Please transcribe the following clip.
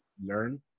learn